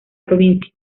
provincia